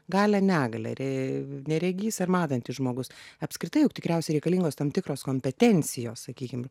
galią negalią ri neregys ir matantis žmogus apskritai juk tikriausiai reikalingos tam tikros kompetencijos sakykim